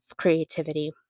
creativity